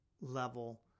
level